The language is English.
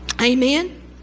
Amen